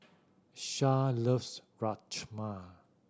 Shad loves Rajma